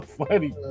funny